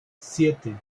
siete